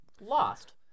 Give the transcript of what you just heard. lost